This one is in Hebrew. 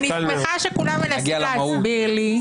אני שמחה שכולם מנסים להסביר לי,